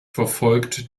verfolgt